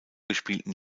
gespielten